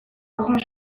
grands